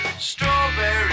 Strawberry